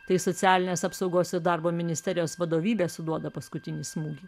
tai socialinės apsaugos ir darbo ministerijos vadovybė suduoda paskutinį smūgį